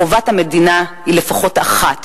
חובת המדינה היא לפחות אחת,